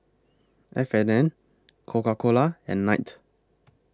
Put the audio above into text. F and N Coca Cola and Knight